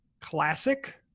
classic